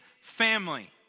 family